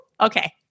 Okay